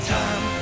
time